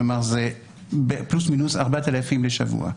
כלומר, זה כ-4,000 בשבוע.